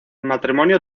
matrimonio